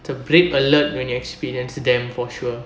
it's a break alert when you experience them for sure